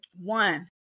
One